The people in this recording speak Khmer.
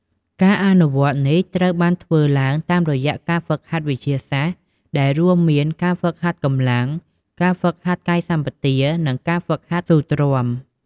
ការអនុវត្តនេះត្រូវបានធ្វើឡើងតាមរយៈការហ្វឹកហាត់វិទ្យាសាស្ត្រ ដែលរួមមាន ការហ្វឹកហាត់កម្លាំង ការហ្វឹកហាត់កាយសម្បទា និងការហ្វឹកហាត់ស៊ូទ្រាំ។